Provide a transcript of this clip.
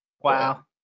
Wow